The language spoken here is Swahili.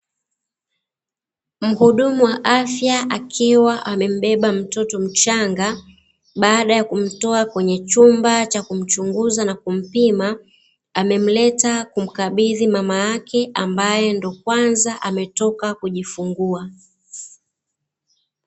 Mhudumu wa afya akiwa amembeba mtoto mchanga, baada ya kumtoa kwenye chumba cha kumchunguza na kumpima, amemleta kumkabidhi mama yake ambaye ndiyo kwanza ametoka kujifungua.